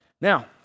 Now